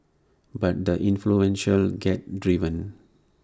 but the influential get driven